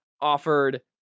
offered